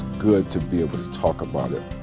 good to be able to talk about it.